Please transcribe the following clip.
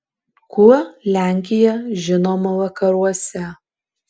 kuo lenkija žinoma vakaruose